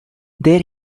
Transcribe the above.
there